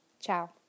Ciao